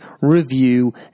review